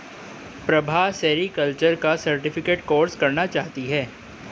Prabha sericulture का certificate course करना चाहती है